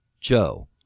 joe